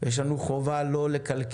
יש לנו חובה לא לקלקל.